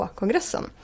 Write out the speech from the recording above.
kongressen